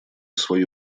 свое